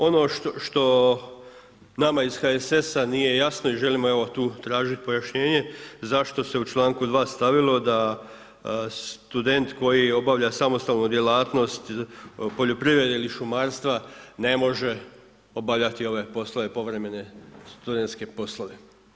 Ono što nama iz HSS-a nije jasno i želimo evo tu tražiti pojašnjenje zašto se u članku 2. stavilo da student koji obavlja samostalnu djelatnost poljoprivrede ili šumarstva ne može obavljati ove poslove povremene studentske poslove.